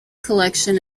collection